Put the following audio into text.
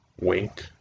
wink